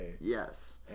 Yes